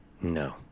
No